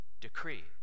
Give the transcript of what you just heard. decree